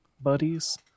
buddies